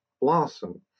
blossom